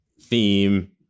Theme